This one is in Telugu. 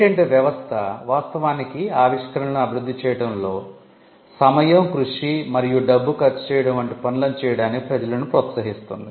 పేటెంట్ వ్యవస్థ వాస్తవానికి ఆవిష్కరణలను అభివృద్ధి చేయడంలో సమయం కృషి మరియు డబ్బు ఖర్చు చేయడం వంటి పనులను చేయడానికి ప్రజలను ప్రోత్సహిస్తుంది